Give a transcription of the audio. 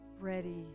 ready